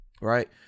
right